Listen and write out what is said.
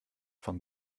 von